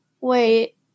Wait